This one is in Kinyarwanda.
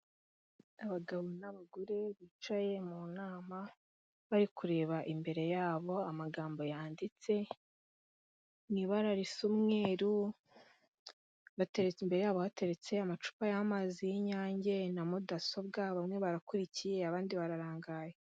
Abagabo n'abagore bicaye mu nama, bari kureba imbere yabo amagambo yanditse mu ibara risamweruru. Bateretse imbere yabo, hateretse amacupa y'amazi y'inyange na mudasobwa; bamwe barakurikiye abandi bararangaye.